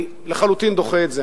אני לחלוטין דוחה את זה.